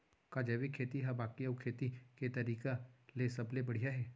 का जैविक खेती हा बाकी अऊ खेती के तरीका ले सबले बढ़िया हे?